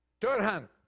Turhan